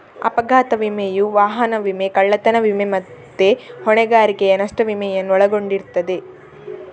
ಅಪಘಾತ ವಿಮೆಯು ವಾಹನ ವಿಮೆ, ಕಳ್ಳತನ ವಿಮೆ ಮತ್ತೆ ಹೊಣೆಗಾರಿಕೆಯ ನಷ್ಟ ವಿಮೆಯನ್ನು ಒಳಗೊಂಡಿರ್ತದೆ